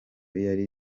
yari